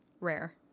Rare